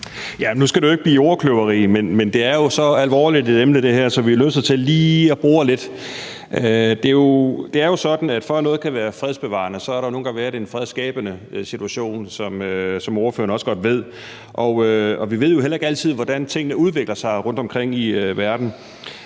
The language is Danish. Nu skal det jo ikke blive ordkløveri, men det her er så alvorligt et emne, at vi er nødt til lige at bore lidt i det. Det er jo sådan, at for at noget kan være fredsbevarende, skal der have været en fredsskabende situation, som ordføreren også godt ved. Og vi ved jo heller ikke altid, hvordan tingene udvikler sig rundtomkring i verden.